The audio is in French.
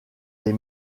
des